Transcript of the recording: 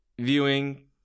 viewing